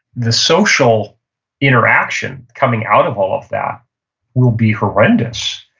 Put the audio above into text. the social interaction coming out of all of that will be horrendous.